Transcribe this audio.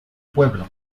pueblo